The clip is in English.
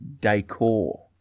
decor